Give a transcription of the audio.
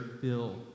fill